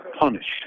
punished